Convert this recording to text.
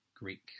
Greek